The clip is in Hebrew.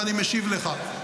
ואני משיב לך.